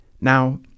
Now